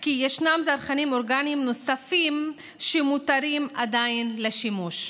כי ישנם זרחנים אורגניים נוספים שמותרים עדיין לשימוש.